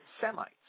Semites